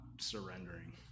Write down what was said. surrendering